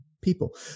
people